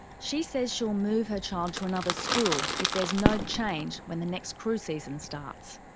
she says she'll move her child to another school if there's no change when the next cruise season starts.